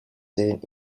said